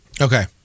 Okay